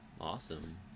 awesome